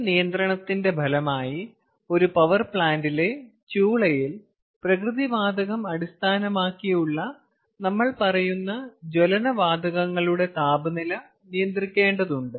ഈ നിയന്ത്രണത്തിന്റെ ഫലമായി ഒരു പവർ പ്ലാന്റിലെ ചൂളയിൽ പ്രകൃതി വാതകം അടിസ്ഥാനമാക്കിയുള്ള നമ്മൾ പറയുന്ന ജ്വലന വാതകങ്ങളുടെ താപനില നിയന്ത്രിക്കേണ്ടതുണ്ട്